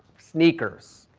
sneakers.